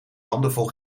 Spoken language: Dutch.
handenvol